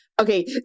Okay